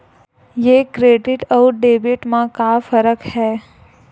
ये क्रेडिट आऊ डेबिट मा का फरक है?